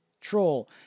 troll